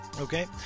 Okay